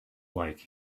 like